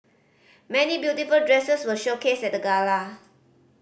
many beautiful dresses were showcased at the gala